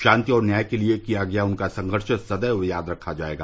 शांति और न्याय के लिए किया गया उनका संघर्ष सदैव याद रखा जायेगा